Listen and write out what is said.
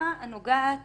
מההשלכה הנוגעת